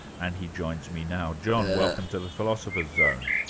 and he joins me now. john, welcome to the philosopher's zone.